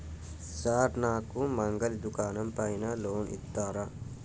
Sir నాకు మంగలి దుకాణం పైన లోన్ ఇత్తరా?